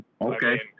Okay